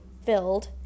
filled